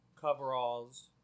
coveralls